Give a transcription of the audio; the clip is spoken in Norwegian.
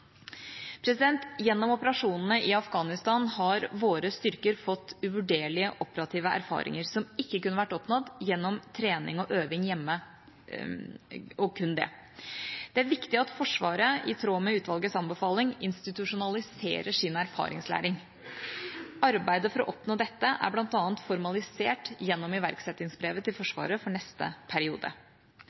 Gjennom operasjonene i Afghanistan har våre styrker fått uvurderlige operative erfaringer, som ikke kunne vært oppnådd kun gjennom trening og øving hjemme. Det er viktig at Forsvaret, i tråd med utvalgets anbefaling, institusjonaliserer sin erfaringslæring. Arbeidet for å oppnå dette er bl.a. formalisert gjennom iverksettingsbrevet til Forsvaret for neste periode.